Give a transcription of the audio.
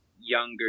younger